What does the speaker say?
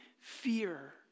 fear